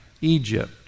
Egypt